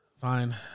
Fine